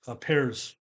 pairs